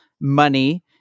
money